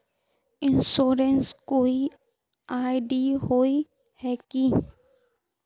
Insurance कोई ID होय है की?